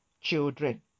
children